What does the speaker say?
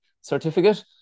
Certificate